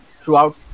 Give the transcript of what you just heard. throughout